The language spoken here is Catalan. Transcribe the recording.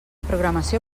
programació